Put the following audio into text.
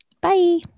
Bye